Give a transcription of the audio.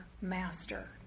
master